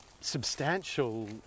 substantial